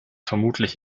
vermutlich